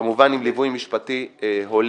כמובן עם ליווי משפטי הולם,